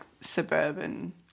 suburban